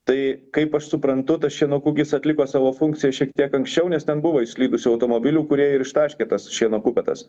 tai kaip aš suprantu tas šieno kūgis atliko savo funkciją šiek tiek anksčiau nes ten buvo išslydusių automobilių kurie ir ištaškė tas šieno kupetas